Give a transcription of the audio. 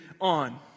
on